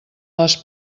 les